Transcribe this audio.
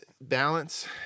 balance